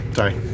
Sorry